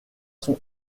sont